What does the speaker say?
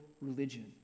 religion